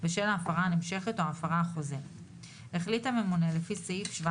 לפי לוח השנה העברי או עד למועד שבו הסתיימה